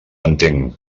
entenc